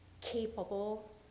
capable